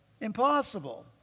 impossible